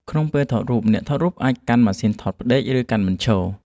ក្នុងពេលថតរូប អ្នកថតរូបអាចកាន់ម៉ាស៊ីនថតផ្ដេក ឬកាន់បញ្ឈរ។